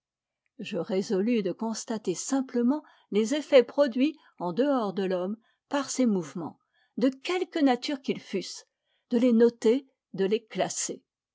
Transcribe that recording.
je résolus de constater simplement les effets produits en dehors de l'homme par ses mouvements de quelque nature qu'ils fussent de les noter de les classer